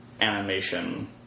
animation